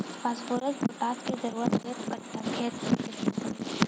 Phosphorus potash के जरूरत एक कट्ठा खेत मे केतना पड़ी?